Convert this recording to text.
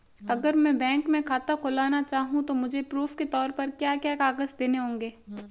अगर मैं बैंक में खाता खुलाना चाहूं तो मुझे प्रूफ़ के तौर पर क्या क्या कागज़ देने होंगे?